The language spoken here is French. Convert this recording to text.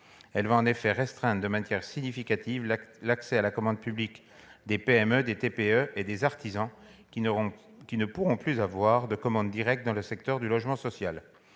puisqu'elle va restreindre de manière significative l'accès à la commande publique des PME, des TPE et des artisans, qui ne pourront plus obtenir de commandes directes dans le secteur du logement social.